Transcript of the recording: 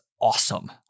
awesome